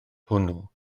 hwnnw